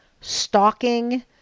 stalking